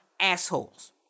assholes